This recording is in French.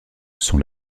sont